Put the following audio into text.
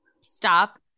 stop